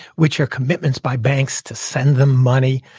which are commitments by banks to send them money.